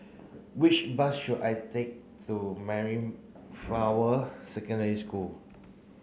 which bus should I take to flower Secondary School